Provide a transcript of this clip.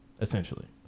essentially